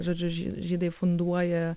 žodžiu žy žydai funduoja